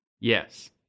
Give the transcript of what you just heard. Yes